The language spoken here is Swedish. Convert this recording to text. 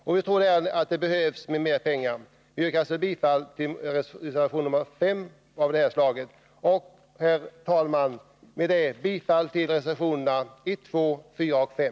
Jag yrkar därmed bifall även till reservation nr 5.